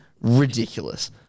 ridiculous